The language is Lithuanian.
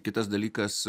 kitas dalykas